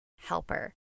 helper